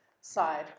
side